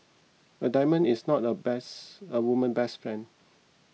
a diamond is not a best a woman's best friend